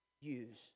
use